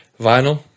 Vinyl